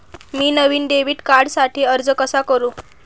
मी नवीन डेबिट कार्डसाठी अर्ज कसा करु?